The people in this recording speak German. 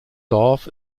dorf